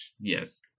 Yes